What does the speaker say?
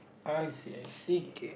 I see I see